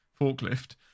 forklift